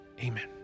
Amen